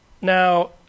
Now